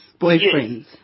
boyfriends